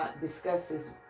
discusses